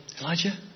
Elijah